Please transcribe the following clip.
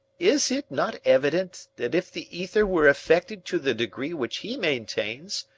is it not evident that if the ether were affected to the degree which he maintains,